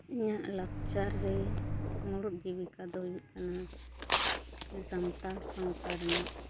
ᱤᱧᱟᱹᱜ ᱞᱟᱠᱪᱟᱨ ᱨᱮ ᱢᱩᱲᱩᱫ ᱡᱤᱵᱤᱠᱟ ᱫᱚ ᱦᱩᱭᱩᱜ ᱠᱟᱱᱟ ᱟᱞᱮ ᱥᱟᱱᱛᱟᱲ ᱥᱟᱶᱛᱟ ᱨᱮᱱᱟᱜ